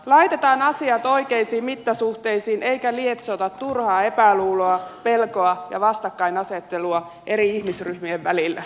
laitetaan asiat oikeisiin mittasuhteisiin eikä lietsota turhaa epäluuloa pelkoa ja vastakkainasettelua eri ihmisryhmien välillä